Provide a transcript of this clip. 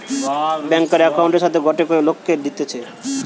ব্যাংকার একউন্টের সাথে গটে করে লোককে দিতেছে